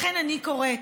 לכן אני קוראת,